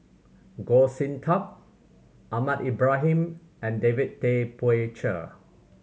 Goh Sin Tub Ahmad Ibrahim and David Tay Poey Cher